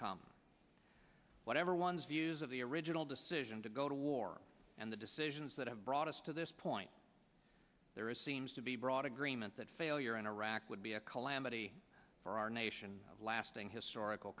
come whatever one's views of the original decision to go to war and the decisions that have brought us to this point there is seems to be broad agreement that failure in iraq would be a calamity for our nation lasting historical